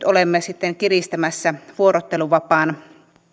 olemme kiristämässä vuorotteluvapaan